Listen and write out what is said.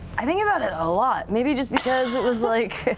i think about it a lot, maybe just because it was like,